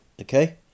okay